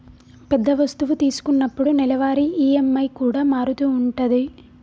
పెద్ద వస్తువు తీసుకున్నప్పుడు నెలవారీ ఈ.ఎం.ఐ కూడా మారుతూ ఉంటది